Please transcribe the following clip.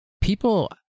people